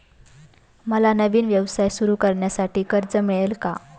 मला नवीन व्यवसाय सुरू करण्यासाठी कर्ज मिळेल का?